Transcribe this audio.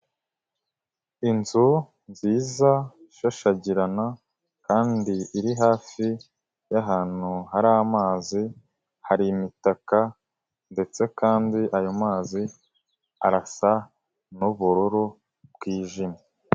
Inzu nziza ishashagirana kandi iri hafi y'ahantu hari amazi, hari imitaka ndetse kandi ayo mazi arasa n'ubururu bwijimye.